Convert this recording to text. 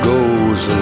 Goes